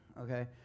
okay